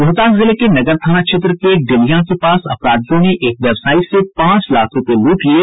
रोहतास जिले के नगर थाना क्षेत्र के डिलियां के पास अपराधियों ने एक व्यवसायी से पांच लाख रूपये लूट लिये